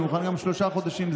אני מוכן גם שלושה חודשים.